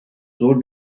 zor